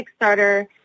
Kickstarter